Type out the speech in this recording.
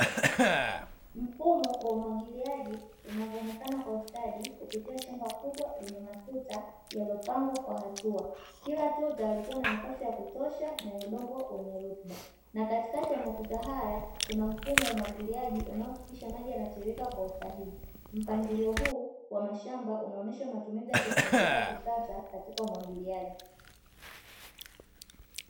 Mfumo wa umwagiliaji unavyoonekana kwa ustadi kupitia shamba kubwa lenye matuta yaliyopangwa kwa hatua , kila tuta likiwa na nafasi ya kutosha na udongo wenye rutuba na katikati ya matuta haya kuna mfumo wa umwagiliaji unaohakikisha maji yanatiririka kwa usahihi, mpangilio huu wa mashamba unaonyesha matumizi ya teknolojia ya kisasa katika umwagiliaji.